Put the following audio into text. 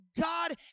God